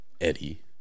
Eddie